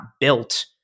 built